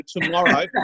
tomorrow